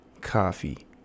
Coffee